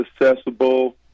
accessible